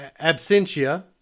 Absentia